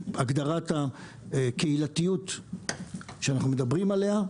הגדרת הקהילתיות שאנחנו מדברים עליה,